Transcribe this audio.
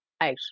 out